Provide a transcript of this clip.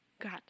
God